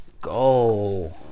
go